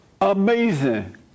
Amazing